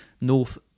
north